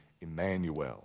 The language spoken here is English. Emmanuel